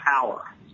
power